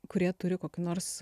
kurie turi kokių nors